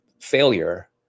failure